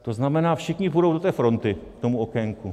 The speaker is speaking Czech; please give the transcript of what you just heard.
To znamená, všichni půjdou do té fronty k tomu okénku.